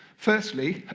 firstly,